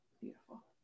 beautiful